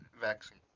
vaccine